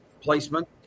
Placement